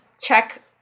check